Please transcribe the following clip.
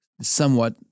somewhat